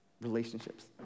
relationships